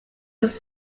was